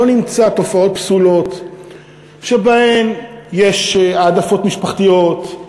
נמצא תופעות פסולות שבהן יש העדפות משפחתיות,